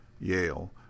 Yale